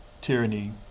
tyranny